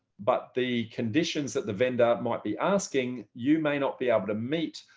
but the conditions that the vendor might be asking, you may not be able to meet,